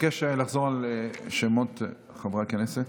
אינה נוכחת אבקש לחזור על שמות חברי הכנסת.